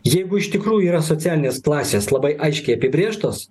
jeigu iš tikrųjų yra socialinės klasės labai aiškiai apibrėžtos